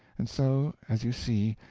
and so, as you see,